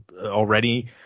already